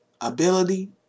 ability